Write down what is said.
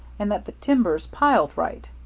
and that the timber's piled right.